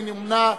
מי נמנע?